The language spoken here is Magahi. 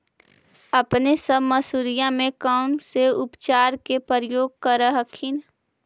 अपने सब मसुरिया मे कौन से उपचार के प्रयोग कर हखिन?